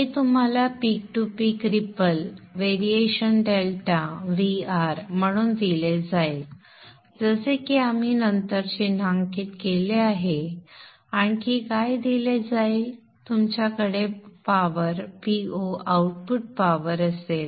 हे तुम्हाला peak to peak ripple variation delta Vr म्हणून दिले जाईल जसे की आपण नंतर चिन्हांकित केले आहे आणखी काय दिले जाईल तुमच्याकडे पॉवर Po आउटपुट पॉवर असेल